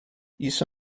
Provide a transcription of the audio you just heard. isso